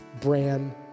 brand